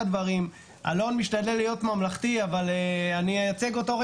אלון משתדל להיות ממלכתי, אבל אני אייצג אותו.